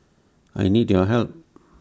I need your help